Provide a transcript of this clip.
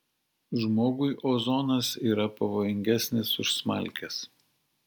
žmogui ozonas yra pavojingesnis už smalkes